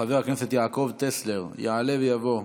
חבר הכנסת יעקב טסלר יעלה ויבוא.